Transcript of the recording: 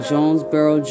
Jonesboro